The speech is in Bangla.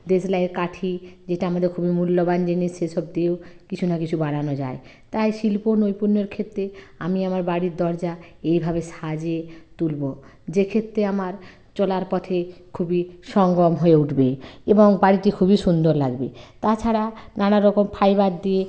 দেশলাইয়ের কাঠি যেটা আমাদের খুবই মূল্যবান জিনিস সেই সব দিয়েও কিছু না কিছু বানানো যায় তাই শিল্প নৈপুণ্যের ক্ষেত্রে আমি আমার বাড়ির দরজা এইভাবে সাজিয়ে তুলব যেক্ষেত্রে আমার চলার পথ খুবই সুগম হয়ে উঠবে এবং বাড়িটি খুবই সুন্দর লাগবে তাছাড়া নানা রকম ফাইবার দিয়ে